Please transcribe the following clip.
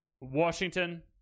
Washington